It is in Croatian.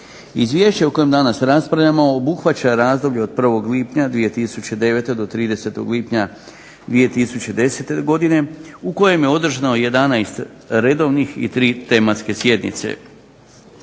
Izvješće o kojem danas raspravljamo obuhvaća razdoblje od 1. lipnja 2009. do 30. lipnja 2010. godine u ikojem je održano 11 redovnih i 3 tematske sjednice.